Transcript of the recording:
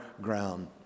ground